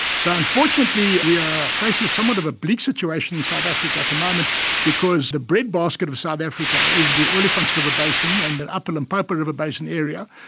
so unfortunately we are faced with somewhat of a bleak situation in south africa at the moment because the bread basket of south africa is the olifants river basin and the upper limpopo river basin area,